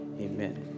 Amen